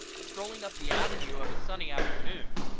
strolling up the avenue of a sunny afternoon,